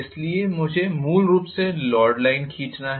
इसलिए मुझे मूल रूप से लोड लाइन खींचना है